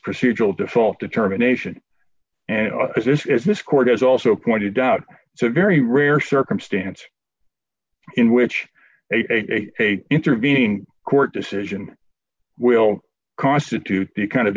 procedural default determination and as this court has also pointed out it's a very rare circumstance in which a intervening court decision will constitute the kind of